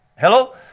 Hello